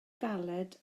galed